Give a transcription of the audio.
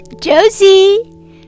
Josie